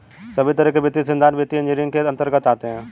सभी तरह के वित्तीय सिद्धान्त वित्तीय इन्जीनियरिंग के अन्तर्गत आते हैं